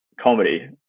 comedy